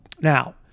Now